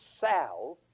south